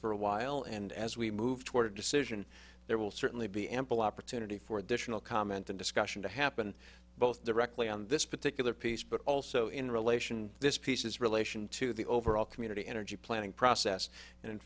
for a while and as we move toward a decision there will certainly be ample opportunity for additional comment and discussion to happen both directly on this particular piece but also in relation this pieces relation to the overall community energy planning process and in